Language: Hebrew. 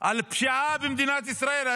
של הפשיעה במדינת ישראל.